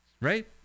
right